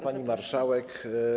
Pani Marszałek!